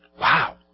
Wow